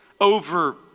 over